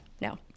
No